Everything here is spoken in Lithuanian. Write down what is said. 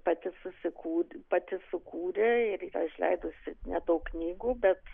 pati susikūrė pati sukūrė ir yra išleidusi nedaug knygų bet